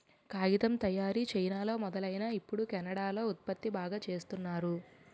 కాగితం తయారీ చైనాలో మొదలైనా ఇప్పుడు కెనడా లో ఉత్పత్తి బాగా చేస్తున్నారు